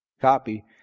copy